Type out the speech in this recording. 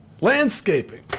landscaping